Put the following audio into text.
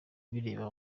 bireba